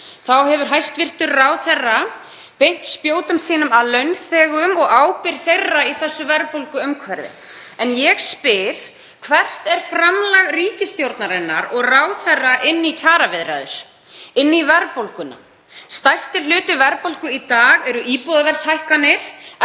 Þá hefur hæstv. ráðherra beint spjótum sínum að launþegum og ábyrgð þeirra í þessu verðbólguumhverfi. En ég spyr: Hvert er framlag ríkisstjórnarinnar og ráðherra inn í kjaraviðræður, inn í verðbólguna? Stærsti hluti verðbólgu í dag er vegna íbúðaverðshækkana.